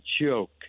joke